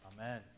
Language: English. Amen